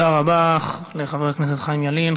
תודה רבה לחבר הכנסת חיים ילין.